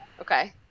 Okay